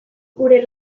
gure